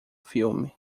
filme